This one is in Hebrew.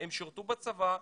הם שירתו בצבא,